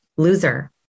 loser